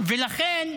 ולכן,